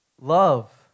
Love